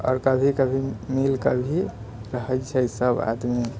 आओर कभी कभी मिलि कऽ भी रहैत छै सभआदमी